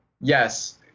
Yes